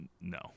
No